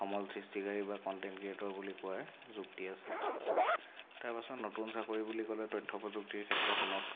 সমল সৃষ্টিকাৰী বা কন্টেন্ট ক্ৰিয়েটৰ বুলি কোৱাৰ যুক্তি আছে তাৰ পাছত নতুন চাকৰি বুলি ক'লে তথ্য প্ৰযুক্তিৰ ক্ষেত্ৰখনত